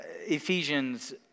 Ephesians